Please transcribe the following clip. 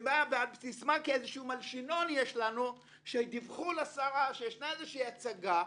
ולמה - כי יש לנו מלשינון שדיווחו לשרה שיש הצגה,